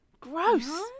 gross